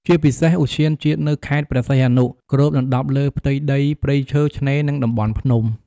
ជាពិសេស ឧទ្យានជាតិនៅខេត្តព្រះសីហនុ គ្របដណ្តប់លើផ្ទៃដីព្រៃឈើ ឆ្នេរ និងតំបន់ភ្នំ។